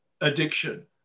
addiction